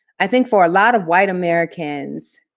i think for a lot of white americans,